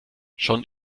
schon